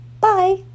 Bye